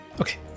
Okay